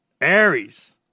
Aries